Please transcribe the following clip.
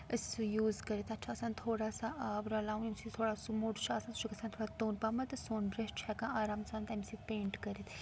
أسۍ سُہ یوٗزرِتھ تَتھ چھُ آسان تھوڑا سا آب رلاوُن ییٚمہِ سۭتۍ تھوڑا سُہ موٚٹ چھُ آسان سُہ چھُ گژھان تھوڑا توٚن پَہمَتھ تہٕ سون برٮ۪ٮش چھُ ہٮ۪کان آرام سان تَمہِ سۭتۍ پینٛٹ کٔرِتھ